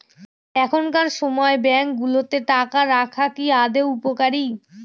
এখনকার সময় ব্যাঙ্কগুলোতে টাকা রাখা কি আদৌ উপকারী?